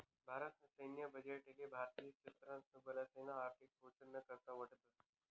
भारत ना सैन्य बजेट ले भारतीय सशस्त्र बलेसना आर्थिक पोषण ना करता वाटतस